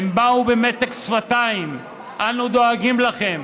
הם באו במתק שפתיים: אנו דואגים לכם,